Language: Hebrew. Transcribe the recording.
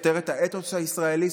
סותר את האתוס הישראלי,